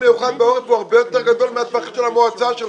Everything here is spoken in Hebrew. הוא הרבה יותר גדול מהמועצה שלך.